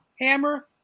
Hammer